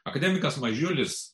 akademikas mažiulis